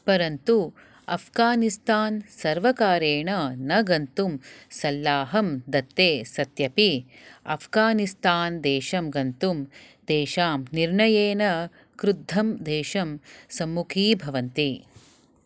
परन्तु अफ़्गानिस्थान् सर्वकारेण न गन्तुं सल्लाहं दत्ते सत्यपि अफ़्गानिस्थान् देशं गन्तुं तेषां निर्णयेन क्रुद्धं देशं सम्मुखीभवन्ति